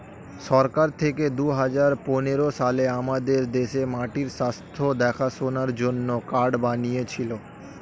সরকার থেকে দুহাজার পনেরো সালে আমাদের দেশে মাটির স্বাস্থ্য দেখাশোনার জন্যে কার্ড বানিয়েছিলো